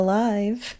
Alive